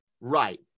Right